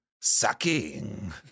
sucking